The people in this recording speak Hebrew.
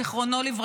ז"ל.